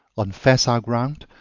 on facile ground,